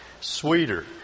sweeter